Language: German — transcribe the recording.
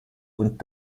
und